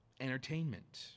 entertainment